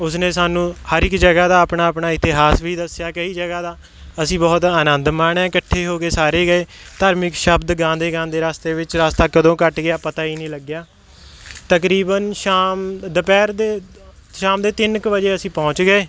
ਉਸ ਨੇ ਸਾਨੂੰ ਹਰ ਇੱਕ ਜਗ੍ਹਾ ਦਾ ਆਪਣਾ ਆਪਣਾ ਇਤਿਹਾਸ ਵੀ ਦੱਸਿਆ ਕਈ ਜਗ੍ਹਾ ਦਾ ਅਸੀਂ ਬਹੁਤ ਆਨੰਦ ਮਾਣਿਆ ਇਕੱਠੇ ਹੋ ਕੇ ਸਾਰੇ ਗਏ ਧਾਰਮਿਕ ਸ਼ਬਦ ਗਾਉਂਦੇ ਗਾਉਂਦੇ ਰਸਤੇ ਵਿੱਚ ਰਸਤਾ ਕਦੋਂ ਕੱਟ ਗਿਆ ਪਤਾ ਹੀ ਨਹੀਂ ਲੱਗਿਆ ਤਕਰੀਬਨ ਸ਼ਾਮ ਦੁਪਹਿਰ ਦੇ ਸ਼ਾਮ ਦੇ ਤਿੰਨ ਕੁ ਵਜੇ ਅਸੀਂ ਪਹੁੰਚ ਗਏ